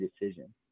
decision